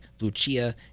Lucia